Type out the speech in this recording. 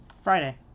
Friday